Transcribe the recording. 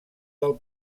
del